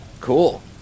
Cool